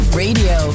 radio